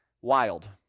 Wild